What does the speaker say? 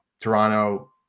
Toronto